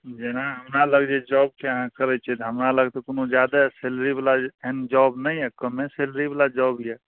जेना हमरा लग जे जॉबके अहाँ करै छियै तऽ हमरा लग तऽ कोनो जादा सैलरी बला जे एहन जॉब नहि अछि कमे सैलरी बला जॉब अछि